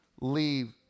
leave